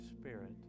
Spirit